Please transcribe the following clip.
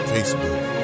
Facebook